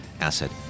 Asset